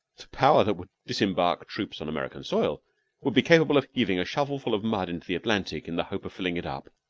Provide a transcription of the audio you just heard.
the power that would disembark troops on american soil would be capable of heaving a shovelful of mud into the atlantic in the hope of filling it up.